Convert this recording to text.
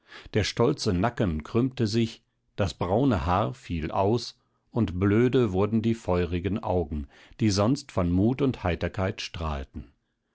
der stolze nacken krümmte sich das braune haar fiel aus und blöde wurden die feurigen augen die sonst von mut und heiterkeit strahlten